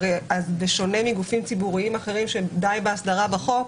זה שונה מגופים ציבוריים אחרים שדי בהסדרה בחוק.